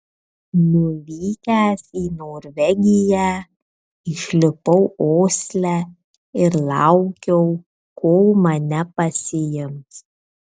nuvykęs į norvegiją išlipau osle ir laukiau kol mane pasiims